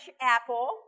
apple